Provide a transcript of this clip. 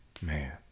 Man